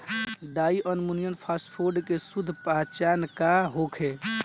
Di ammonium phosphate के शुद्ध पहचान का होखे?